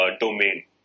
domain